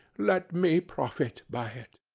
let me profit by it.